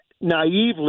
naively